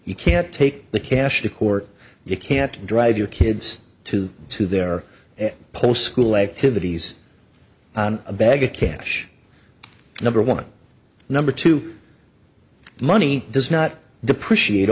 you can't take the cash to court you can't drive your kids to to their post school activities on a bag of cash number one number two money does not depreciate